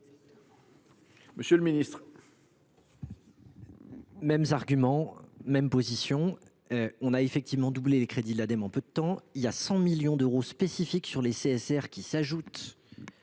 Monsieur le ministre